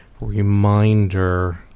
Reminder